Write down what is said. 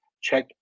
Check